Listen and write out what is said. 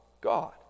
God